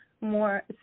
more